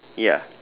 ya